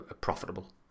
profitable